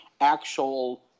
actual